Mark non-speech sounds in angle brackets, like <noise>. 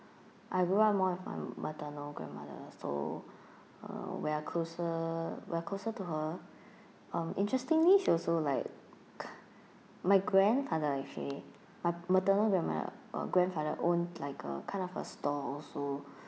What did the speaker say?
I grew up more with my maternal grandmother so <breath> uh we're closer we're closer to her <breath> um interestingly she also like <noise> my grandfather actually my maternal grandmother uh grandfather own like a kind of a store also